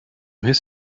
his